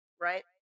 right